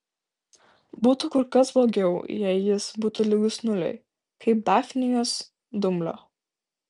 būtų kur kas blogiau jei jis būtų lygus nuliui kaip dafnijos dumblio